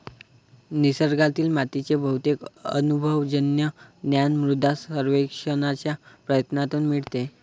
निसर्गातील मातीचे बहुतेक अनुभवजन्य ज्ञान मृदा सर्वेक्षणाच्या प्रयत्नांतून मिळते